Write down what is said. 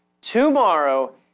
tomorrow